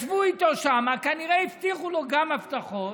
ישבו איתו שם, כנראה שהבטיחו לו גם הבטחות,